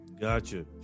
Gotcha